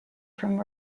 from